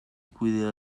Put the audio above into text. cuide